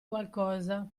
qualcosa